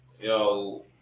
yo